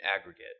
aggregate